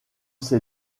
ces